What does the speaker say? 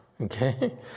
okay